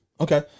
Okay